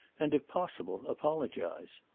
and, if possible, apologise.